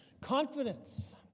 Confidence